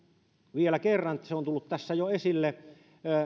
vielä kerran se on tullut tässä jo esille